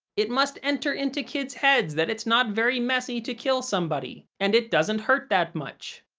it must enter into kids' heads that it's not very messy to kill somebody, and it doesn't hurt that much.